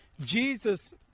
Jesus